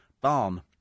barn